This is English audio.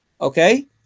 okay